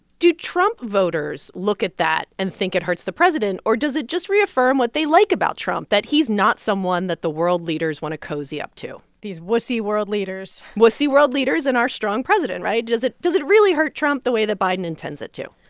do trump voters look at that and think it hurts the president, or does it just reaffirm what they like about trump that he's not someone that the world leaders want to cozy up to? these wussy world leaders. wussy world leaders and our strong president right. does it does it really hurt trump the way that biden intends it to?